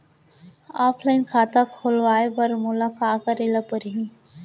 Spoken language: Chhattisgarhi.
ऑफलाइन खाता खोलवाय बर मोला का करे ल परही?